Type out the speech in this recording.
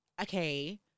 okay